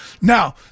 Now